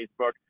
Facebook